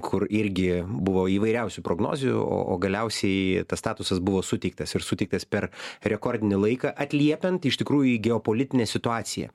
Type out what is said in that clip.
kur irgi buvo įvairiausių prognozių o o galiausiai tas statusas buvo suteiktas ir suteiktas per rekordinį laiką atliepiant iš tikrųjų į geopolitinę situaciją